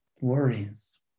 worries